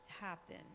happen